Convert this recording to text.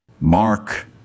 Mark